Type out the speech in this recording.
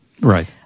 Right